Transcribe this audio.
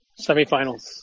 semifinals